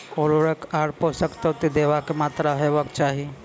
उर्वरक आर पोसक तत्व देवाक मात्राकी हेवाक चाही?